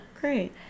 Great